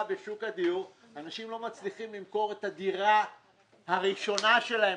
בשוק הדיור ואנשים לא מצליחים למכור את הדירה הראשונה שלהם